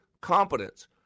competence